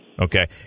Okay